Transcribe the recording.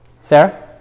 Sarah